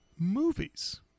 Movies